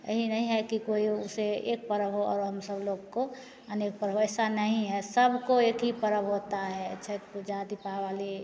यही नहीं है कि कोई उसे एक परब हो और हम सबलोग को अनेक परब ऐसा नहीं है सबको एक ही परब होता है छठ पूजा दीपावली